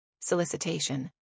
Solicitation